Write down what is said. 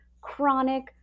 chronic